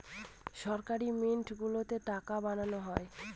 সরকারি মিন্ট গুলোতে টাকা বানানো হয়